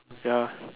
ya